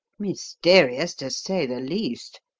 mysterious, to say the least.